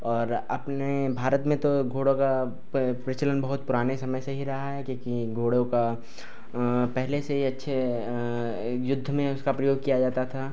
और अपने भारत में तो घोड़ों का प्रचलन बहुत पुराने समय से ही रहा है क्योंकि घोड़ों का पहले से ही अच्छे युद्ध में उसका प्रयोग किया जाता था